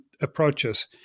approaches